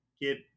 get